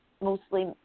mostly